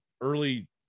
early